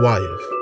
Wife